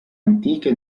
antiche